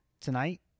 Tonight